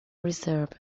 reserve